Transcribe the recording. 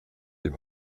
dem